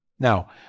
Now